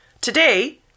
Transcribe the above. Today